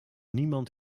niemand